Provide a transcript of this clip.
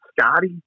Scotty